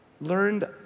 learned